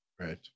Right